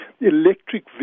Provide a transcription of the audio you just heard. electric